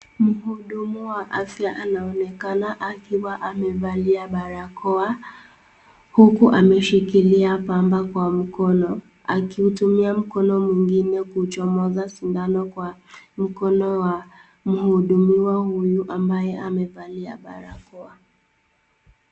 Mhudumu wa afya anaonekana akiwa amevalia barakoa huku ameshikilia pamba kwa mkono akiutumia mkono mwingine kuchomoza sindano kwa mkono wa mhudumiwa huyu ambaye amevalia barakoa.